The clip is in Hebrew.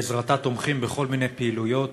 בעזרתה תומכים בכל מיני פעילויות,